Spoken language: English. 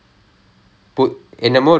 oh err